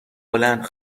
بلند